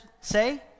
say